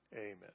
Amen